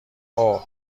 اوه